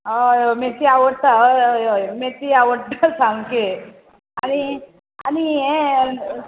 हय हय मिर्ची आवडटा हय हय हय मिर्ची आवडटा सामकें आनी आनी यें